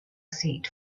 seat